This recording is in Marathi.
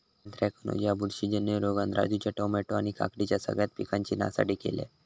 अँथ्रॅकनोज ह्या बुरशीजन्य रोगान राजूच्या टामॅटो आणि काकडीच्या सगळ्या पिकांची नासाडी केल्यानं